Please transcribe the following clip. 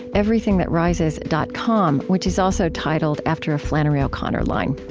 everythingthatrises dot com, which is also titled after a flannery o'connor line.